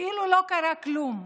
כאילו לא קרה כלום.